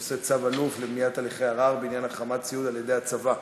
בנושא: צו אלוף למניעת הליכי ערר בעניין החרמת ציוד על ידי הצבא.